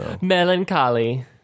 Melancholy